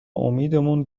امیدمون